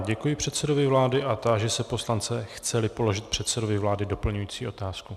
Děkuji předsedovi vlády a táži se poslance, chceli položit předsedovi vlády doplňující otázku.